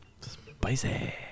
Spicy